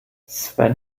sven